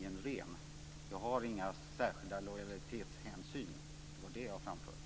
Vad jag framförde var att jag inte har några särskilda lojalitetshänsyn.